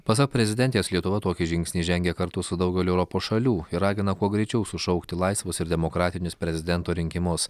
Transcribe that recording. pasak prezidentės lietuva tokį žingsnį žengia kartu su daugeliu europos šalių ir ragina kuo greičiau sušaukti laisvus ir demokratinius prezidento rinkimus